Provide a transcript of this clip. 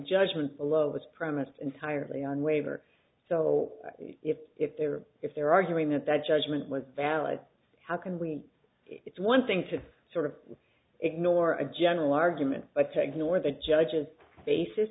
judgement a love is premised entirely on waiver so if it's there if they're arguing that that judgment was valid how can we it's one thing to sort of ignore a general argument but to ignore the judge's basis